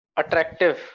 attractive